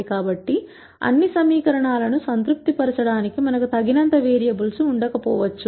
కాబట్టి అన్ని సమీకరణాలను సంతృప్తి పరచడానికి మనకు తగినంత వేరియబుల్స్ ఉండకపోవచ్చు